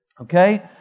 Okay